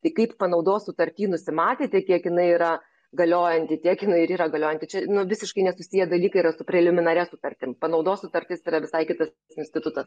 tai kaip panaudos sutarty nusimatėte kiek jinai yra galiojanti tiek jinai ir yra galiojanti čia visiškai nesusiję dalykai yra su preliminaria sutartim panaudos sutartis yra visai kitas instituta